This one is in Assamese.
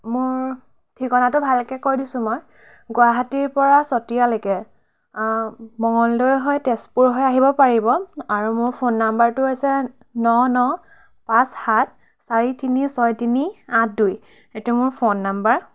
মোৰ ঠিকনাটো ভালকে কৈ দিছোঁ মই গুৱাহাটীৰ পৰা চতিয়ালৈকে মঙলদৈ হৈ তেজপুৰ হৈ আহিব পাৰিব আৰু মোৰ ফোন নাম্বাৰটো হৈছে ন ন পাঁচ সাত চাৰি তিনি ছয় তিনি আঠ দুই এইটো মোৰ ফোন নাম্বাৰ